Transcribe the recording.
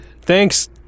Thanks